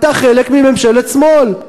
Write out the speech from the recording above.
אתה חלק מממשלת שמאל.